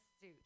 suit